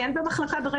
כי אין במחלקה ברגע נתון.